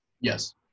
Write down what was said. Yes